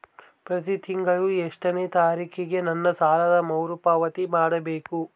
ಪ್ರತಿ ತಿಂಗಳು ಎಷ್ಟನೇ ತಾರೇಕಿಗೆ ನನ್ನ ಸಾಲದ ಮರುಪಾವತಿ ಮಾಡಬೇಕು?